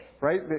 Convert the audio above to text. right